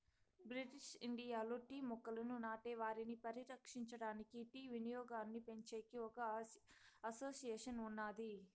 British ఇండియాలో tea మొక్కలను నాటే వారిని పరిరక్షించడానికి, టీ వినియోగాన్నిపెంచేకి ఒక అసోసియేషన్ ఉన్నాది